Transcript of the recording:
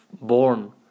born